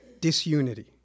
Disunity